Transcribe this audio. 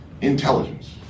intelligence